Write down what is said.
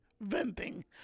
Venting